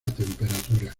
temperatura